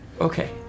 Okay